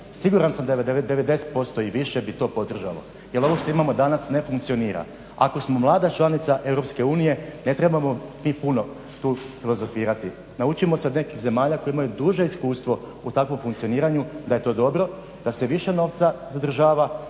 Siguran sam da 90% i više bi to podržalo jer ovo što imamo danas ne funkcionira. Ako smo mlada članica EU ne trebamo mi puno tu filozofirati, naučimo se od nekih zemalja koje imaju duže iskustvo u takvom funkcioniraju da je to dobro, da se više novca zadržava,